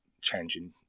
changing